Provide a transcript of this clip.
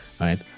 right